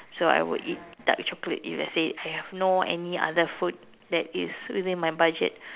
so I would eat dark chocolate if let's say I have no any other food that is within my budget